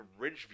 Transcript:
Ridgeview